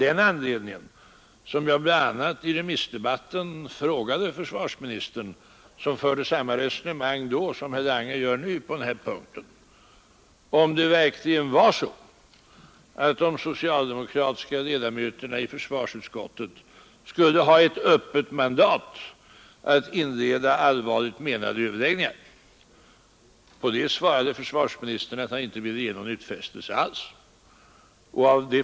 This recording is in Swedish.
Det var bl.a. av den anledningen som jag i remissdebatten frågade försvarsministern, som då förde samma resonemang på denna punkt som herr Lange gör nu, om det verkligen var så att de socialdemokratiska ledamöterna i försvarsutskottet skulle ha ett öppet mandat att inleda allvarligt menade överläggningar. På det svarade försvarsministern att han inte ville göra någon utfästelse alls.